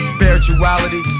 Spirituality